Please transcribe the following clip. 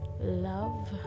Love